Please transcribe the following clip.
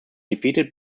defeated